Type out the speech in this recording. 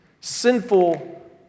Sinful